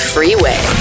Freeway